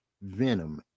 Venom